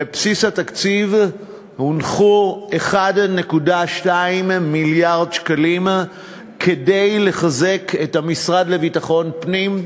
בבסיס התקציב הונחו 1.2 מיליארד שקלים כדי לחזק את המשרד לביטחון פנים,